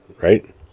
right